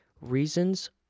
Reasons